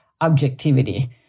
objectivity